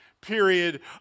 period